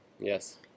yes